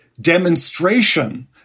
demonstration